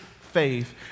faith